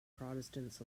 protestants